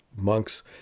monks